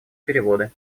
переводы